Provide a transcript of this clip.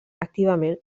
activament